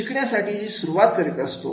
शिकण्यासाठी सुरुवात करत असतो